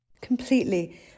Completely